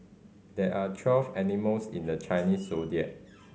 there are twelve animals in the Chinese Zodiac